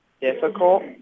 difficult